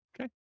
Okay